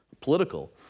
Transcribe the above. political